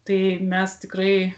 tai mes tikrai